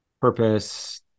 purpose